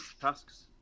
tasks